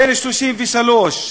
בן 33,